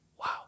Wow